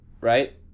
right